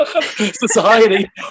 society